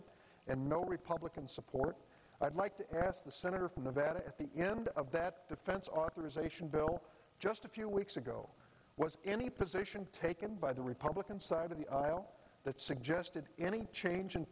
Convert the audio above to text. it and no republican support i'd like to ask the senator from nevada at the end of that defense authorization bill just a few weeks ago was any position taken by the republican side of the aisle that suggested any chang